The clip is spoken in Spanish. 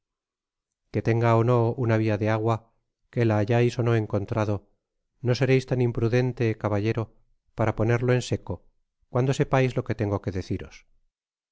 que tedga ó no una via de agua que la hayais ó no encontrado no sereis tan imprudente caballero para ponerlo en seco cuando sepais lo que tengo que deciros